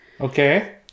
Okay